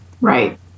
Right